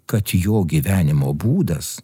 kad jo gyvenimo būdas